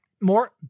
more